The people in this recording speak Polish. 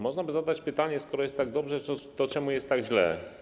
Można by zadać pytanie: Skoro jest tak dobrze, to czemu jest tak źle?